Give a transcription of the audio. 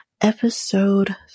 episode